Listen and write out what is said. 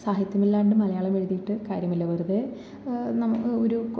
സാഹിത്യം ഇല്ലാതെ മലയാളം എഴുതിയിട്ട് കാര്യമില്ല വെറുതെ നമുക്ക് ഒരു